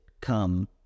come